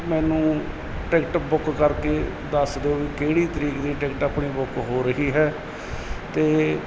ਮੈਨੂੰ ticket book ਕਰਕੇ ਦੱਸ ਦਿਉ ਵੀ ਕਿਹੜੀ ਤਰੀਕ ਦੀ ਟਿਕਟ ਆਪਣੀ ਬੁੱਕ ਹੋ ਰਹੀ ਹੈ ਅਤੇ